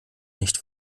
nicht